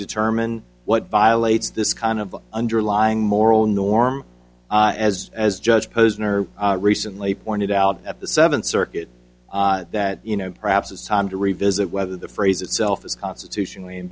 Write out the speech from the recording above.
determine what violates this kind of underlying moral norm as as judge posner recently pointed out at the seventh circuit that you know perhaps it's time to revisit whether the phrase itself is constitutionally a